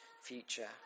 future